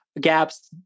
gaps